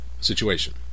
situation